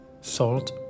Salt